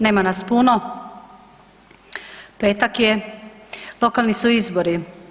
Nema nas puno, petak je, lokalni su izbori.